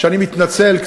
ואני מתנצל,